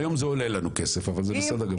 והיום זה עולה לנו כסף, אבל זה בסדר גמור.